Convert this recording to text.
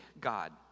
God